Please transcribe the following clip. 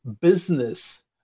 business